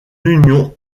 union